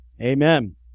amen